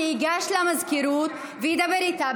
שייגש למזכירות וידבר איתה.